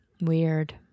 weird